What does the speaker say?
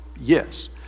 Yes